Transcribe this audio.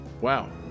Wow